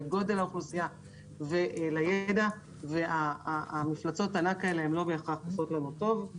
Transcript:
לגודל האוכלוסייה ולידע ומפלצות הענק האלה הן לא בהכרח עושות לנו טוב.